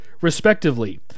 respectively